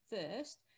first